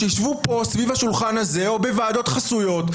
שישבו פה סביב השולחן הזה או בוועדות חסויות,